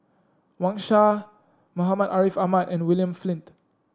Wang Sha Muhammad Ariff Ahmad and William Flint